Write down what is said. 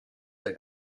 der